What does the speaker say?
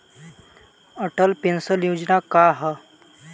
Atal pension Yojana का ह?